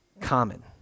common